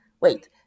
Wait